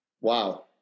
Wow